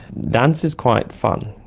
dance is quite fun,